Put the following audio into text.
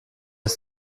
ist